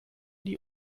die